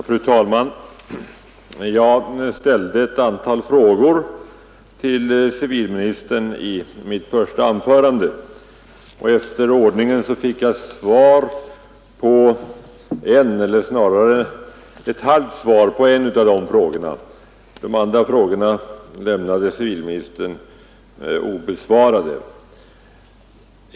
Fru talman! Jag ställde ett antal frågor till civilministern i mitt första anförande och jag fick ett eller snarare ett halvt svar på en av dem. De övriga frågorna lämnade civilministern obesvarade.